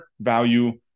value